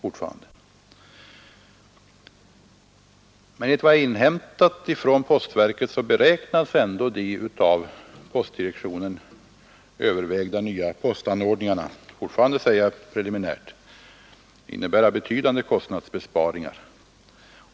Men enligt vad jag har inhämtat från postverket beräknas ändå de av postdirektionen övervägda nya postanordningarna — fortfarande preliminärt — innebära betydande kostnadsbesparingar.